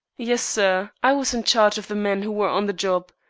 yes, sir. i was in charge of the men who were on the job.